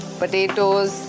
potatoes